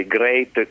great